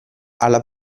alla